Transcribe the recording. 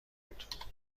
بود